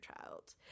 child